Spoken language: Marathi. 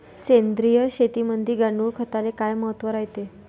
सेंद्रिय शेतीमंदी गांडूळखताले काय महत्त्व रायते?